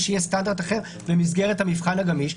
שיהיה סטנדרט אחר במסגרת המבחן הגמיש,